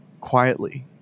quietly